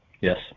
Yes